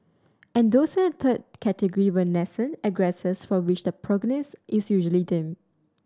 and those in a third category were nascent aggressors for which the prognosis is usually dim